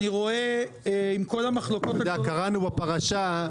קראנו בפרשה,